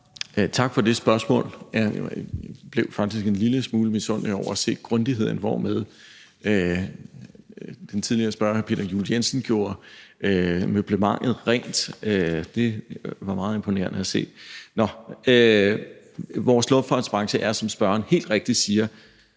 Tak for det spørgsmål. Jeg blev faktisk en lille smule misundelig over at se grundigheden, hvormed den tidligere spørger, hr. Peter Juel-Jensen, gjorde møblementet rent. Det var meget imponerende at se. Vores luftfartsbranche er, som spørgeren helt rigtigt siger,